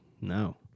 No